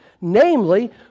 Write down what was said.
namely